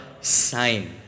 sign